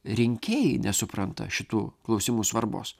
rinkėjai nesupranta šitų klausimų svarbos